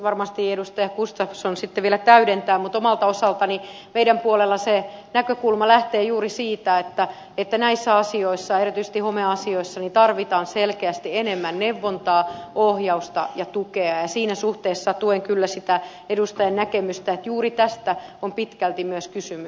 varmasti ministeri gustafsson sitten vielä täydentää mutta omalta osaltani meidän puolella se näkökulma lähtee juuri siitä että näissä asioissa erityisesti homeasioissa tarvitaan selkeästi enemmän neuvontaa ohjausta ja tukea ja siinä suhteessa tuen kyllä sitä edustajan näkemystä että juuri tästä on pitkälti myös kysymys